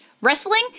wrestling